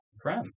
Prem